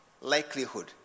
likelihood